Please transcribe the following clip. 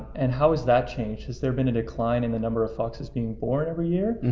and how is that change? has there been a decline in the number of foxes being born every year?